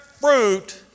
fruit